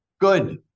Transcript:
Good